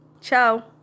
ciao